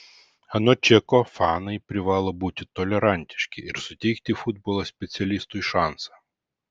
anot čeko fanai privalo būti tolerantiški ir suteikti futbolo specialistui šansą